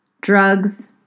Drugs